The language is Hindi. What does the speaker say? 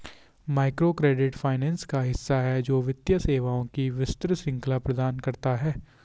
माइक्रोक्रेडिट फाइनेंस का हिस्सा है, जो वित्तीय सेवाओं की विस्तृत श्रृंखला प्रदान करता है